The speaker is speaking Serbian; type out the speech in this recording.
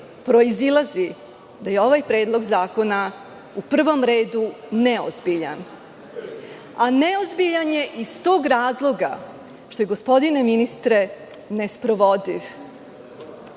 proizilazi da je ovaj predlog zakona u prvom redu neozbiljan, a neozbiljan je iz tog razloga što je, gospodine ministre, nesprovodiv.